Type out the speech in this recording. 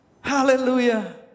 Hallelujah